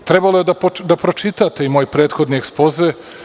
Trebalo je da pročitate i moj prethodni Ekspoze.